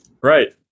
Right